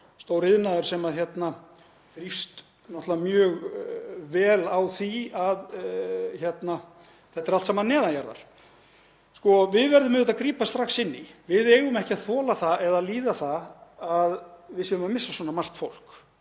stór iðnaður sem þrífst náttúrlega mjög vel á því að þetta er allt saman neðan jarðar. Við verðum auðvitað að grípa strax inn í. Við eigum ekki að líða það að við séum að missa svona margt fólk,